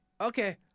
Okay